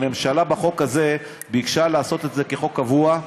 הממשלה בחוק הזה ביקשה לעשות את זה כחוק קבוע.